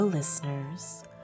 listeners